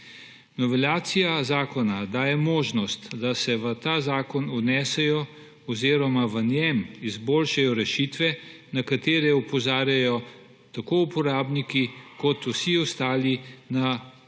Novelacija zakona daje možnost, da se v ta zakon vnesejo oziroma v njem izboljšajo rešitve, na katere opozarjajo tako uporabniki kot vsi ostali iz